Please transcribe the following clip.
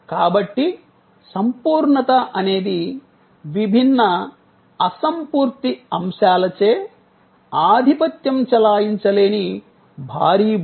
కాబట్టి సంపూర్ణత అనేది విభిన్న అసంపూర్తి అంశాలచే ఆధిపత్యం చెలాయించలేని భారీ బరువు